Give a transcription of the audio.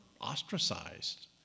ostracized